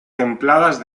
templadas